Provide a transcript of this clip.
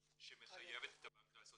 מסמכים הבנק לא קיבל,